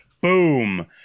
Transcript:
Boom